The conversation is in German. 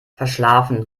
verschlafen